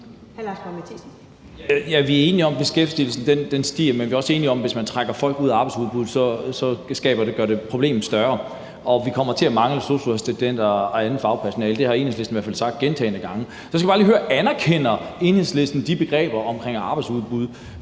også enige om, at det, hvis man trækker folk ud af arbejdsudbuddet, så gør problemet større, og vi kommer til at mangle sosu-assistenter og andet fagpersonale. Det har Enhedslisten i hvert fald sagt gentagne gange. Så jeg skal bare lige høre: Anerkender Enhedslisten de begreber omkring arbejdsudbud?